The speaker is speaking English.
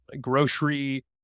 grocery